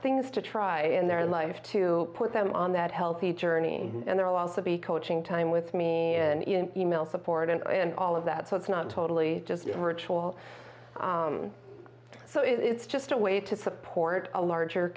things to try in their life to put them on that healthy journey and there will also be coaching time with me and email support and i and all of that so it's not totally just virtual so it's just a way to support a larger